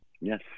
Yes